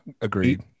agreed